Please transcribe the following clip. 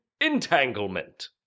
entanglement